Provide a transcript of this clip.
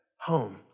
home